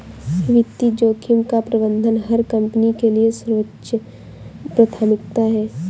वित्तीय जोखिम का प्रबंधन हर कंपनी के लिए सर्वोच्च प्राथमिकता है